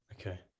Okay